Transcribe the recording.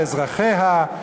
על אזרחיה,